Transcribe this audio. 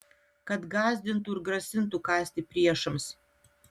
kad gąsdintų ir grasintų kąsti priešams